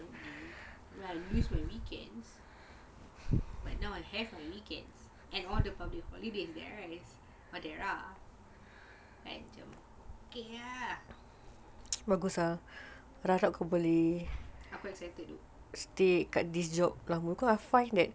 while I use my weekends but now I have my weekends and all the public holidays there are I don't care aku rasa betul tu